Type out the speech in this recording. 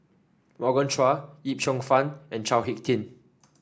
Morgan Chua Yip Cheong Fun and Chao HicK Tin